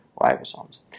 ribosomes